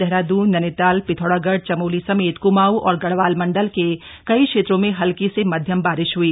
देहरादून नैनीताल पिथौरागढ़ चमोली समेत क्माऊं और गढ़वाल मंडल के कई क्षेत्रों में हल्की से मध्यम बारिश ह्ई